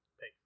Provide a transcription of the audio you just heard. Pay